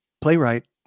playwright